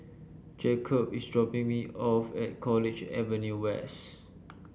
Jakob is dropping me off at College Avenue West